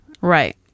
right